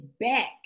back